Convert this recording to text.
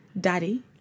Daddy